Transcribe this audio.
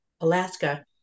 Alaska